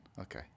Okay